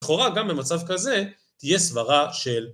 לכאורה גם במצב כזה תהיה סברא של.